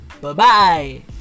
Bye-bye